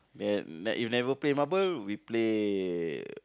then like if never play marble we play